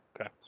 Okay